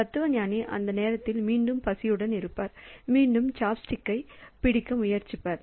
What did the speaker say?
தத்துவஞானி அந்த நேரத்தில் மீண்டும் பசியுடன் இருப்பார் மீண்டும் சாப்ஸ்டிக்கைப் பிடிக்க முயற்சிப்பார்